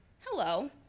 hello